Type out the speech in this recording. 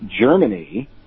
Germany